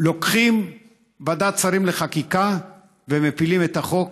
לוקחים ועדת שרים לחקיקה ומפילים את החוק,